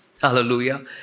Hallelujah